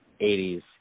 80s